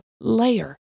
layer